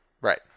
Right